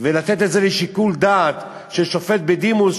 ולתת את זה לשיקול דעת של שופט בדימוס,